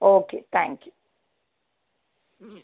okay thank you ம்